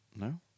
No